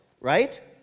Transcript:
right